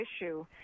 issue